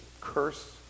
curse